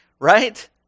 right